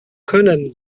können